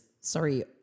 sorry